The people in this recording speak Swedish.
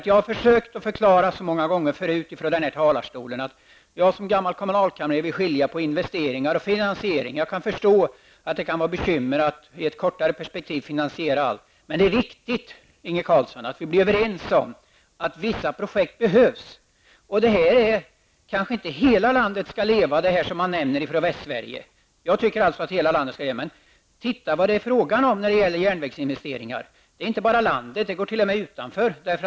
Jag har många gånger förut från denna talarstol försökt att förklara att jag som gammal kommunalkamrer vill skilja på investeringar och finansiering. Jag kan förstå att det kan vara bekymmersamt att i ett kortare perspektiv finansiera allt. Men det är viktigt, Inge Carlsson, att vi blir överens om att vissa projekt behövs. Förslagen som gäller Västsverige innebär ju kanske inte i sig att hela landet skall leva, vilket jag tycker att det skall göra. Men titta på vad järnvägsinvesteringarna ger. De går t.o.m. utanför landet.